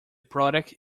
product